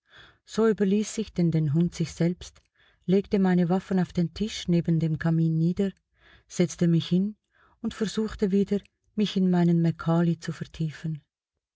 so überließ ich denn den hund sich selbst legte meine waffen auf den tisch neben dem kamin nieder setzte mich hin und versuchte wieder mich in meinen macaulay zu vertiefen